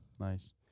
Nice